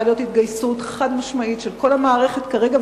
להיות התגייסות חד-משמעית של כל המערכת כרגע,